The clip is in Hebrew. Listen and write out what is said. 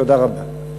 תודה רבה.